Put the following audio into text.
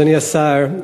אדוני השר,